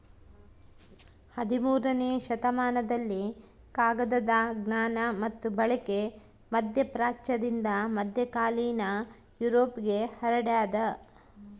ಹದಿಮೂರನೇ ಶತಮಾನದಲ್ಲಿ ಕಾಗದದ ಜ್ಞಾನ ಮತ್ತು ಬಳಕೆ ಮಧ್ಯಪ್ರಾಚ್ಯದಿಂದ ಮಧ್ಯಕಾಲೀನ ಯುರೋಪ್ಗೆ ಹರಡ್ಯಾದ